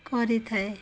କରିଥାଏ